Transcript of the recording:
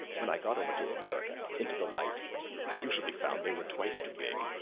when i got over to america into the light i usually found they were twice too big.